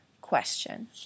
question